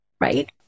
right